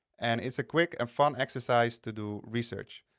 and it's a quick and fun exercise to do research.